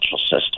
system